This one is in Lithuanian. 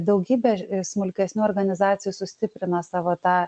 daugybė smulkesnių organizacijų sustiprino savo tą